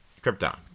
Krypton